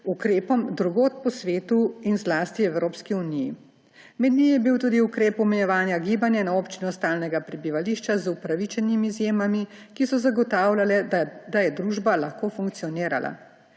ukrepom drugod po svetu in zlasti v Evropski uniji. Med njimi je bil tudi ukrep omejevanja gibanja na občino stalnega prebivališča z upravičenimi izjemami, kar je zagotavljalo, da je družba lahko funkcionirala.